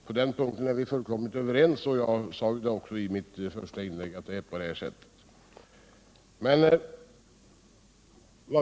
På den punkten är vi fullkomligt överens, och jag sade också i mitt första inlägg att det är på det här sättet.